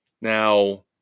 Now